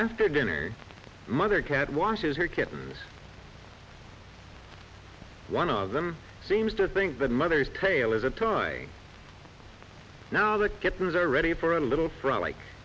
after dinner mother cat watches her kittens one of them seems to think the mother is tail is a tie now the kittens are ready for a little frog like